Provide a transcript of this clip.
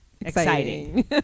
exciting